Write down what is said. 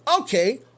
okay